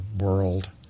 world